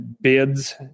bids